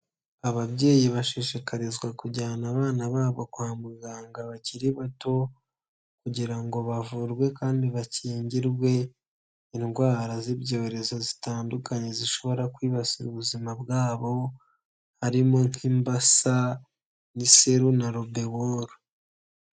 Ababyeyi bashishikarizwa kujyana abana babo kwa muganga bakiri bato, kugira ngo bavurwe kandi bakingirwe indwara z'ibyorezo zitandukanye zishobora kwibasira ubuzima bwabo, harimo nk'imbasa n'iseru na arobeor.